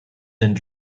den